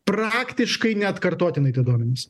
praktiškai neatkartotinai tie duomenys